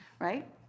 right